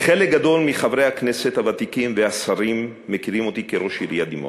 חלק גדול מחברי הכנסת הוותיקים והשרים מכירים אותי כראש עיריית דימונה.